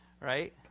Right